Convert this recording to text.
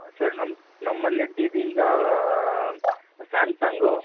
sir ನಮ್ಮ ನಮ್ಮಲ್ಲಿ T V ಈಗ ಸ್ಯಾಮ್ಸಂಗು